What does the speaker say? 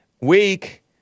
Weak